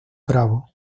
bravo